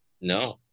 No